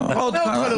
בסדר.